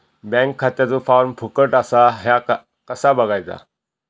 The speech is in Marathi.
बँक खात्याचो फार्म फुकट असा ह्या कसा बगायचा?